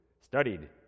studied